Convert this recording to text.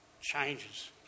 changes